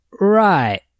right